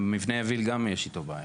מבנה יביל גם יש איתו בעיה.